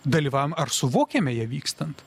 dalyvaujam ar suvokiame ją vykstant